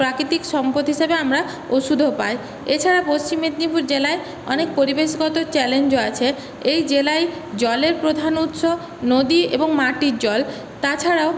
প্রাকৃতিক সম্পদ হিসাবে আমরা ওষুধও পাই এছাড়া পশ্চিম মেদনীপুর জেলায় অনেক পরিবেশগত চ্যালেঞ্জও আছে এই জেলায় জলের প্রধান উৎস নদী এবং মাটির জল তাছাড়াও